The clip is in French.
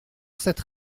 cette